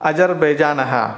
अजर्बेजानः